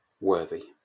worthy